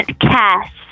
cast